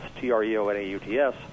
T-R-E-O-N-A-U-T-S